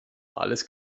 alles